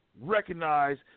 recognize